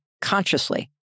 consciously